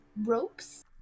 ropes